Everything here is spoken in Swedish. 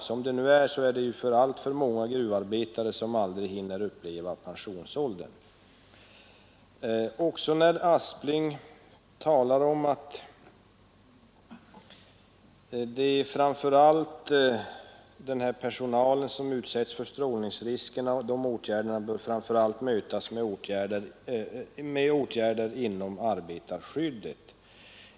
Som det nu är hinner alltför få gruvarbetare uppleva Socialminister Aspling talar om att det framför allt är denna personal som utsätts för strålningsrisker och att dessa framför allt bör mötas med åtgärder inom arbetarskyddet.